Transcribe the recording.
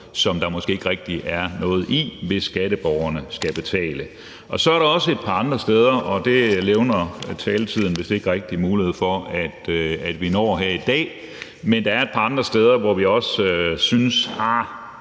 som der måske ikke rigtig er noget i, hvis skatteborgerne skal betale. Så er der også et par andre steder – det levner taletiden vist ikke rigtig mulighed for at vi når her i dag – hvor vi også synes, at